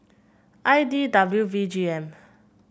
I D W V G M